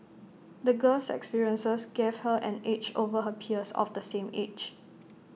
the girl's experiences gave her an edge over her peers of the same age